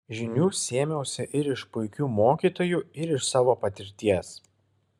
žinių sėmiausi ir iš puikių mokytojų ir iš savo patirties